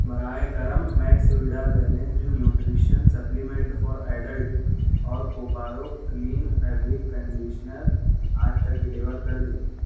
براہ کرم Max Vida balanced nutrition supplement for adult اور کوپارو کلین فیبرک کنڈیشنر آج تک ڈیلیور کر دیں